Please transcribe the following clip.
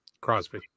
Crosby